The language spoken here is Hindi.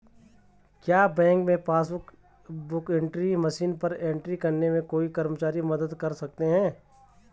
क्या बैंक में पासबुक बुक एंट्री मशीन पर एंट्री करने में कोई कर्मचारी मदद कर सकते हैं?